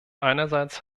einerseits